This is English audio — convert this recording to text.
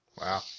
Wow